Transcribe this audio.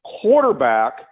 quarterback